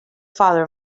father